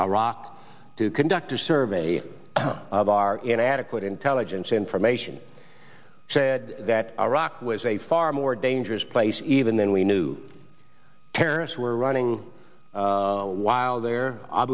iraq to conduct a survey of our inadequate intelligence information said that iraq was a far more dangerous place even than we knew terrorists were running while there